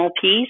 piece